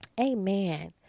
Amen